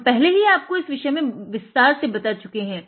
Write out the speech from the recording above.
हम पहले ही आपको इस विषय में विस्तार से बता चुके हैं